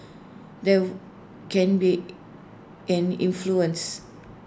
there can be an influence